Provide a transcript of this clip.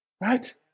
right